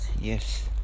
yes